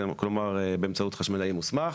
כלומר באמצעות חשמלאי מוסמך,